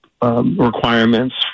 Requirements